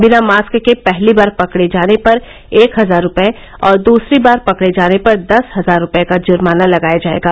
बिना मॉस्क के पहली बार पकडे जाने पर एक हजार रूपये और दूसरी बार पकडे जाने पर दस हजार रूपये का जुर्माना लगाया जायेगा